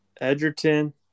Edgerton